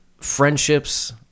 friendships